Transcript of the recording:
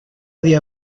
día